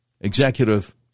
executive